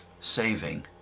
saving